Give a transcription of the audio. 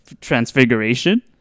transfiguration